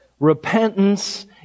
Repentance